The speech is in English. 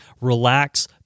relax